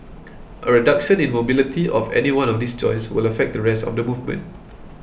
a reduction in mobility of any one of these joints will affect the rest of the movement